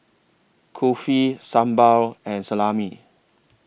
Kulfi Sambar and Salami